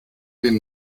den